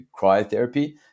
cryotherapy